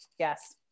Yes